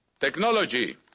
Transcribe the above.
technology